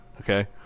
okay